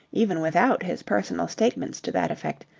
even without his personal statements to that effect,